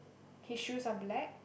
his shoes are black